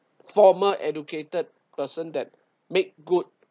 formal educated person that make good